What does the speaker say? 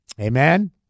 Amen